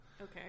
Okay